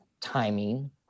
timing